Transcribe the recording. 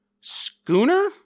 schooner